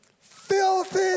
filthy